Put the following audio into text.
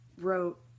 wrote